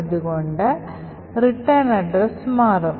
അതുകൊണ്ട് return address മാറും